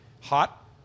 Hot